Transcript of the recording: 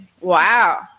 Wow